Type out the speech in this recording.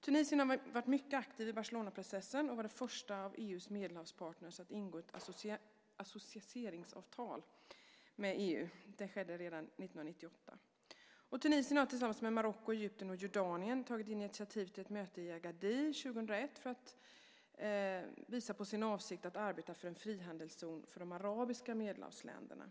Tunisien har varit mycket aktivt i Barcelonaprocessen och var den första av EU:s Medelhavspartner att ingå ett associeringsavtal med EU. Det skedde redan 1998. Och Tunisien har tillsammans med Marocko, Egypten och Jordanien tagit initiativ till ett möte i Agadir 2001 för att visa på sin avsikt att arbeta för en frihandelszon för de arabiska Medelhavsländerna.